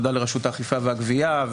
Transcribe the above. לרשות האכיפה והגבייה,